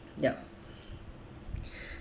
yup